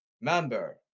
Member